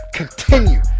continue